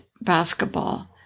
basketball